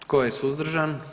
Tko je suzdržan?